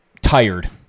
tired